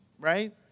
right